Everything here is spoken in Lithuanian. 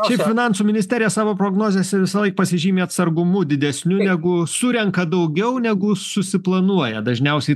šiaip finansų ministerija savo prognozėse visąlaik pasižymi atsargumu didesniu negu surenka daugiau negu susiplanuoja dažniausiai